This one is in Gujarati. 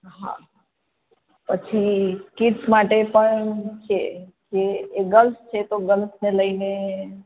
હા પછી કિડ્સ માટે પણ છે તે એ ગર્લ્સ છે તો ગર્લ્સને લઈને